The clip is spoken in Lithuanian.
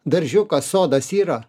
daržiukas sodas yra